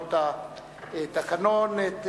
להוראות התקנון,